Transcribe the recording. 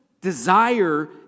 desire